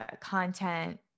content